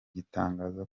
gitangaza